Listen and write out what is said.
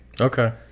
Okay